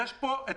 יש פה פתרונות.